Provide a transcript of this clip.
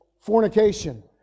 fornication